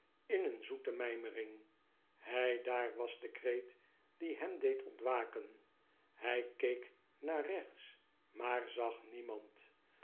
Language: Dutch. in een zoete mijmerrhg heidaar was de kreet die hem deed ontwaken hij keek naar rechts maar zag niemand